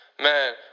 Man